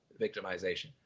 victimization